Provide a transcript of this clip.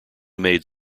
made